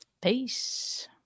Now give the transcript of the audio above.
Peace